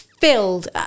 Filled